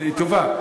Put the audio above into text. היא טובה,